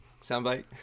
Soundbite